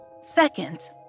Second